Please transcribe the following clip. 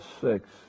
six